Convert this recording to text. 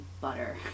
butter